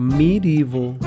medieval